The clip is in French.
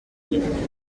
millions